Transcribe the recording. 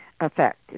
effect